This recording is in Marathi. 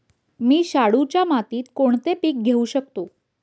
मी शाडूच्या मातीत कोणते पीक घेवू शकतो?